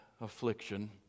affliction